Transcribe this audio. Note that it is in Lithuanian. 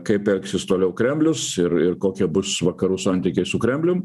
kaip elgsis toliau kremlius ir ir kokie bus vakarų santykiai su kremlium